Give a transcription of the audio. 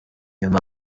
nyuma